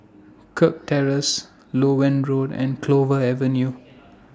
Kirk Terrace Loewen Road and Clover Avenue